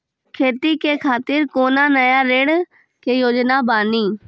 खेती के खातिर कोनो नया ऋण के योजना बानी?